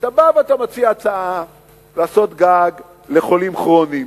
אתה בא ומציע הצעה לעשות גג לחולים כרוניים,